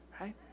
right